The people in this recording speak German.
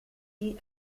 die